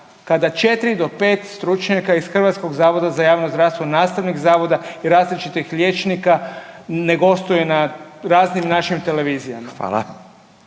kada 4 do 5 stručnjaka iz Hrvatskog zavoda za javno zdravstvo, nastavnik zavoda i različitih liječnika ne gostuje na raznim našim televizijama.